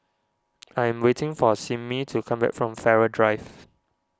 I am waiting for Simmie to come back from Farrer Drive